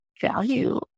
value